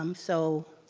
um so,